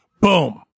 boom